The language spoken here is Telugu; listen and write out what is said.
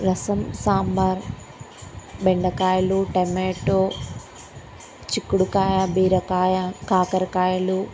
రసం సాంబార్ బెండకాయలు టమాట చిక్కుడుకాయ బీరకాయ కాకరకాయలు